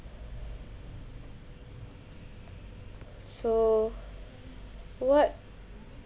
so what